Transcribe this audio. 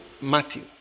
Matthew